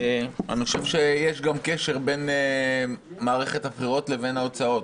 אני חושב שיש גם קשר בין מערכת הבחירות לבין ההוצאות.